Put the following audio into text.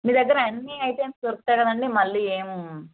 మీ దగ్గర అన్నీ ఐటమ్స్ దొరుకుతాయి కదండి మళ్ళీ ఏమి